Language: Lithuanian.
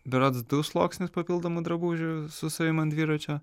berods du sluoksnius papildomų drabužių su savim ant dviračio